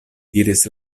diris